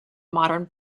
modern